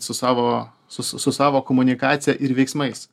su savo su su savo komunikacija ir veiksmais